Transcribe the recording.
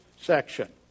section